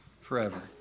forever